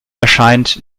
erscheint